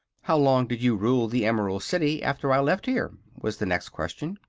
how long did you rule the emerald city, after i left here? was the next question.